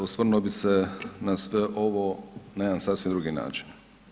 Osvrnuo bi se na sve ovo na jedan sasve drugi način.